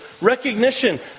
recognition